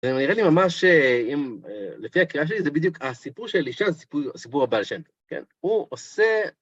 זה נראה לי ממש, אם לפי הכרעה שלי, זה בדיוק הסיפור של לישון סיפור הבעל שם. הוא עושה...